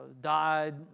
died